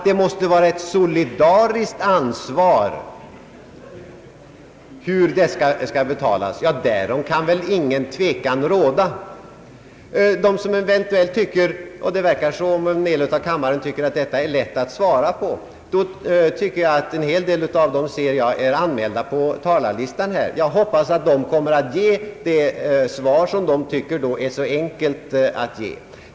Det måste vara ett solidariskt ansvar för hur det skall betalas, därom kan väl ingen tvekan råda. De som eventuellt tycker att det är lätt att svara på detta — och det tycks av minspelet en hel del av dem som är anmälda på talarlistan göra — hoppas jag kommer att ge ett svar, när de tycker att det är så enkelt.